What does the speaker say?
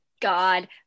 God